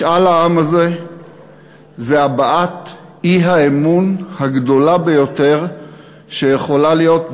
משאל העם הזה זה הבעת האי-אמון הגדולה ביותר שיכולה להיות,